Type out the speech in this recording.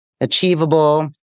achievable